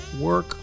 work